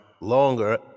longer